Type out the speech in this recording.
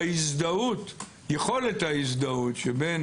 ביכולת ההזדהות שבין